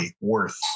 worth